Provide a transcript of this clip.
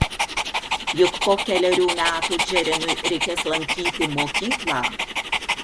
juk po kelerių metų džeremiui reikės lankyti mokyklą